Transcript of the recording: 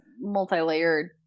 multi-layered